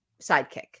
sidekick